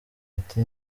ati